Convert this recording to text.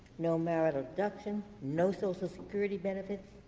no marital deduction, no social security benefits